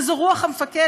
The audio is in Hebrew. וזו רוח המפקד,